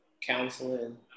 Counseling